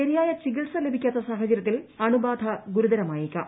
ശരിയായ ചികിത്സ ലഭിക്കാത്ത സാഹചര്യത്തിൽ അണുബാധ ഗുരുതരമായേക്കാം